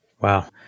Wow